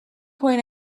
point